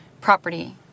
property